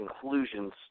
conclusions